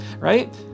right